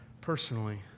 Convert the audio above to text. personally